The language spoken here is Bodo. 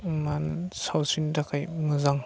सावस्रिनि थाखाय मोजां